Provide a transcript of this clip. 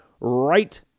right